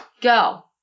go